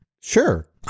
Sure